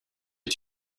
est